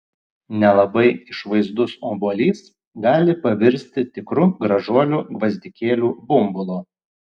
nelabai išvaizdus obuolys gali pavirsti tikru gražuoliu gvazdikėlių bumbulu